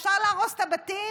ישר להרוס את הבתים?